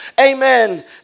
amen